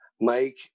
Mike